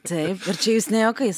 taip ir čia jūs ne juokais